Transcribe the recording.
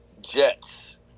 Jets